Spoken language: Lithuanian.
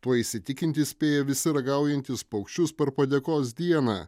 tuo įsitikinti spėja visi ragaujantys paukščius per padėkos dieną